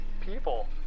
people